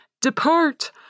Depart